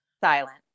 Silent